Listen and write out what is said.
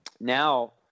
now